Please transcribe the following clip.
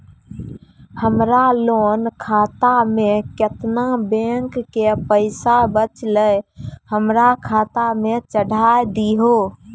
हमरा लोन खाता मे केतना बैंक के पैसा बचलै हमरा खाता मे चढ़ाय दिहो?